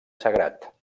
sagrat